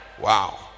Wow